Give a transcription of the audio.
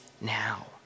now